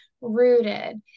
rooted